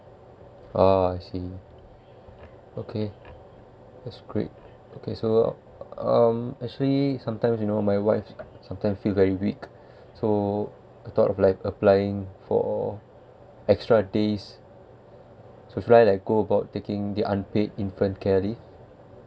ah I see okay that's great okay so um actually sometimes you know my wife sometime feel very week so I thought of like applying for extra days so should I like go about taking the unpaid infant care leave